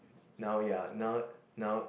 now ya now now